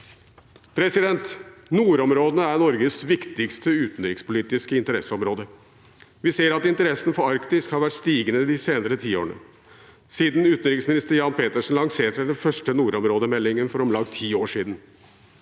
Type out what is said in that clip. Nordområdene er Norges viktigste utenrikspolitiske interesseområde. Vi ser at interessen for Arktis har vært stigende de senere årene siden utenriksminister Jan Petersen lanserte den første nordområdemeldingen for om lag ti år siden.